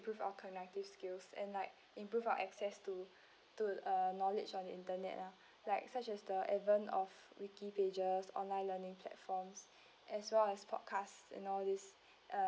improve our cognitive skills and like improve our access to to uh knowledge on the internet lah like such as the invent of wiki pages online learning platforms as well as podcast in all this uh